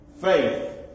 Faith